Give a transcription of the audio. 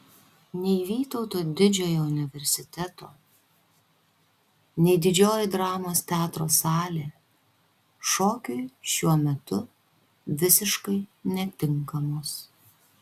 nei vytauto didžiojo universiteto nei didžioji dramos teatro salė šokiui šiuo metu visiškai netinkamos